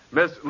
Miss